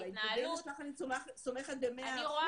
על האינטליגנציה שלך אני סומכת במאה